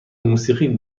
موسیقی